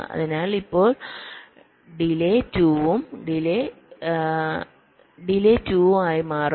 അതിനാൽ ഇപ്പോൾ 2 ഉം ആയി മാറുന്നു